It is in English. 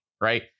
Right